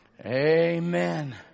Amen